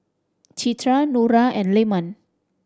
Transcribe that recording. Citra Nura and Leman